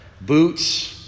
boots